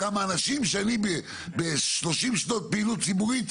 כמה אנשים שאני ב-30 שנות פעילות ציבורית,